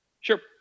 Sure